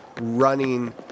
running